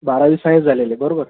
बारावी सायन्स झालेलं आहे बरोबर